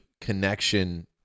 connection